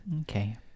Okay